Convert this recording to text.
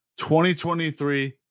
2023